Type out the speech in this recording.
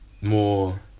more